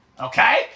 okay